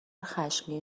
خشمگین